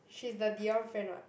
she's the Dion friend [what]